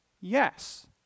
yes